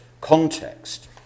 context